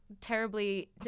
terribly